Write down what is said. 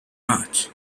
march